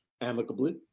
amicably